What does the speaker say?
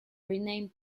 rename